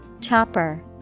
Chopper